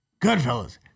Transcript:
Goodfellas